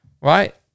right